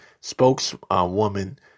spokeswoman